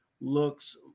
looks